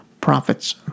profits